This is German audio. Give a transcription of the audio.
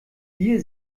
hier